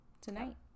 tonight